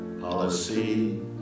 policy